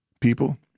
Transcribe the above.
people